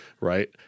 right